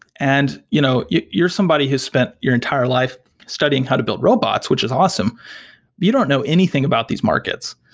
and you know you're somebody who spent your entire life studying how to build robots, which is awesome, but you don't know anything about these markets.